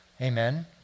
Amen